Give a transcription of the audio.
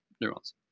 neurons